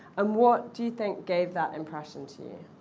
um what do you think gave that impression to you?